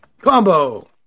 Combo